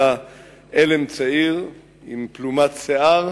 היה עלם צעיר עם פלומת שיער,